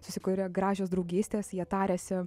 susikuria gražios draugystės jie tariasi